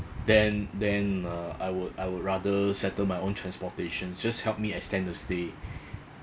then then uh I would I would rather settle my own transportation just help me extend the stay